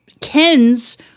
Kens